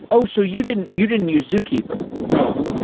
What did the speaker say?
oh! so, you didn't you didn't use zookeeper no.